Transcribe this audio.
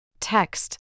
Text